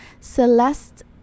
Celeste